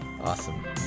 awesome